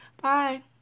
bye